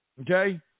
okay